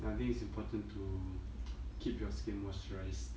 I think it's important to keep your skin moisturised